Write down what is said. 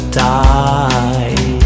die